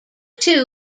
two